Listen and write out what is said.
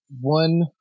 one